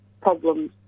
problems